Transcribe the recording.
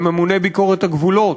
לממוני ביקורת הגבולות.